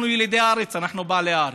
אנחנו ילידי הארץ, אנחנו בעלי הארץ,